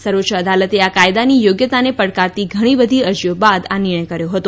સર્વોચ્ય અદાલતે આ કાયદાની યોગ્યતાને પડકારતી ઘણી બધી અરજીઓ બાદ આ નિર્ણય કર્યો હતો